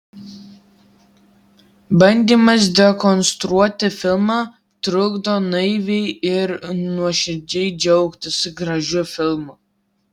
bandymas dekonstruoti filmą trukdo naiviai ir nuoširdžiai džiaugtis gražiu filmu